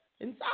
Inside